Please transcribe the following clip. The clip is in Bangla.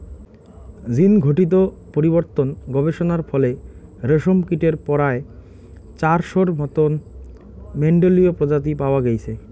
জীনঘটিত পরিবর্তন গবেষণার ফলে রেশমকীটের পরায় চারশোর মতন মেন্ডেলীয় প্রজাতি পাওয়া গেইচে